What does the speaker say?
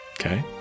okay